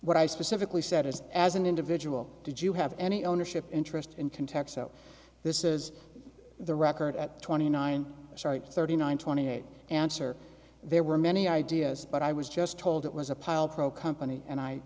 what i specifically said is as an individual did you have any ownership interest in context so this is the record at twenty nine i started thirty nine twenty eight answer there were many ideas but i was just told it was a pile pro company and i